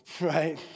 right